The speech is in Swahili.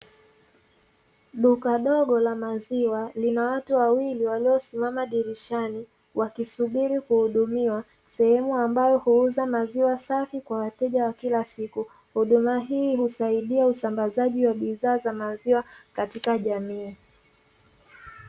Duka dogo la maziwa lina watu wawili waliosimama dirishani, wakisubiri kuhudumiwa, sehemu ambayo huuza maziwa safi, kwa wateja wa kila siku. Huduma hii husaidia usambazaji wa bidhaa za maziwa katika jamii.